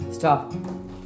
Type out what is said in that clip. Stop